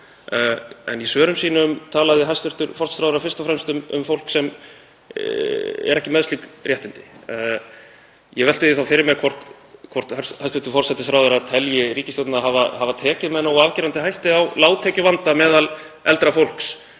en í svörum sínum talaði hæstv. forsætisráðherra fyrst og fremst um fólk sem ekki er með slík réttindi. Ég velti því þá fyrir mér hvort hæstv. forsætisráðherra telji ríkisstjórnina hafa tekið með nógu afgerandi hætti á lágtekjuvanda meðal eldra fólks